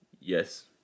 Yes